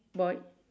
boy